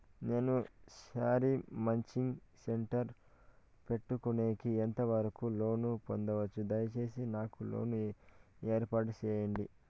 నేను sari matching centre పెట్టుకునేకి ఎంత వరకు లోను పొందొచ్చు? దయసేసి నాకు లోను ఏర్పాటు సేయండి?